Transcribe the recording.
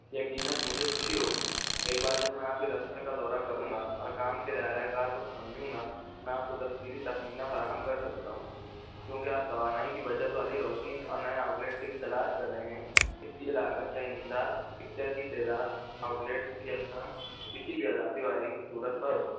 یقینا مجھے خوشی ہوگی ایک بار جب میں آپ کے دفتر کا دورہ کروں گا اور کام کے دائرہ کار کو سمجھوں گا آپ کو تصویری تخمینہ فراہم کر سکتا ہوں کیونکہ آپ توانائی کی بچت والی روشنی اور نئے آؤٹلیٹ کی تلاش کر رہے ہیں اس لئے لاگت کا انحصار پکچر کی تعداد آؤٹلیٹس کے اقسام کسی بھی اضافی وائرنگ کی صورت پر ہوگا